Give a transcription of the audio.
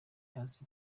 azi